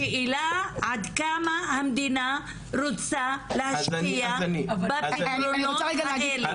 השאלה עד כמה המדינה רוצה להשקיע בפתרונות האלה.